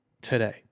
today